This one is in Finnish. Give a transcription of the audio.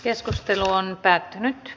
keskustelu päättyi